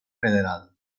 federal